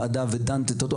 באת לפה לוועדה ודנת על כך?